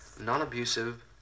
non-abusive